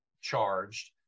charged